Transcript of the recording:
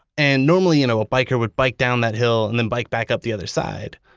and normally you know a biker would bike down that hill and then bike back up the other side.